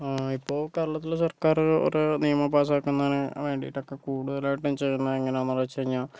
ഇപ്പൊൾ കേരളത്തില് സർക്കാർ കുറെ നിയമം പാസാക്കുന്നതിന് വേണ്ടിയിട്ടൊക്കെ കൂടുതലായിട്ടും ചെയ്യുന്നത് എങ്ങനെയാണെന്ന് വെച്ചുകഴിഞ്ഞാൽ